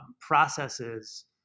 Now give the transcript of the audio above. processes